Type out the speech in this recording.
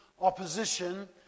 opposition